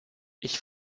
ich